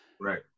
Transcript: right